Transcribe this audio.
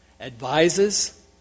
advises